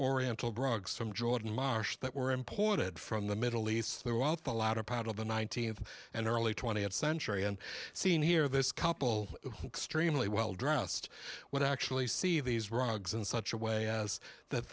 oriental rugs from jordan marsh that were imported from the middle east throughout the latter part of the nineteenth and early twentieth century and seen here this couple who stream really well dressed would actually see these rugs in such a way as that